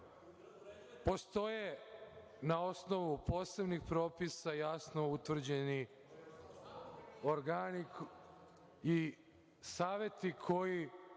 Postoje na osnovu posebnih propisa jasno utvrđeni organi i saveti koji